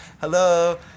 Hello